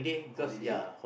holiday